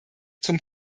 zum